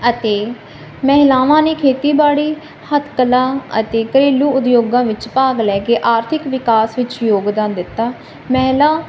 ਅਤੇ ਮਹਿਲਾਵਾਂ ਨੇ ਖੇਤੀਬਾੜੀ ਹਤਕਲਾ ਅਤੇ ਘਰੇਲੂ ਉਦਯੋਗਾਂ ਵਿੱਚ ਭਾਗ ਲੈ ਕੇ ਆਰਥਿਕ ਵਿਕਾਸ ਵਿੱਚ ਯੋਗਦਾਨ ਦਿੱਤਾ ਮਹਿਲਾ ਸਾਹਿਤ ਅਤੇ ਕਾਰੋਬਾਰਾਂ